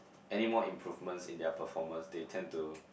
anymore improvements in their performance they tend to